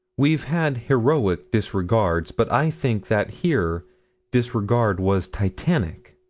we've had heroic disregards but i think that here disregard was titanic.